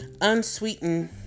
unsweetened